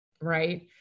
right